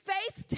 Faith